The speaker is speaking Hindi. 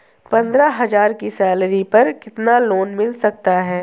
पंद्रह हज़ार की सैलरी पर कितना लोन मिल सकता है?